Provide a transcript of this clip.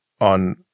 on